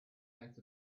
out